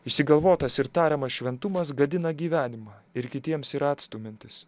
išsigalvotas ir tariamas šventumas gadina gyvenimą ir kitiems yra atstumiantis